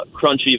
crunchy